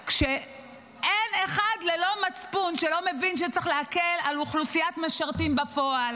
כשאין אחד עם מצפון שלא מבין שצריך להקל על אוכלוסיית המשרתים בפועל,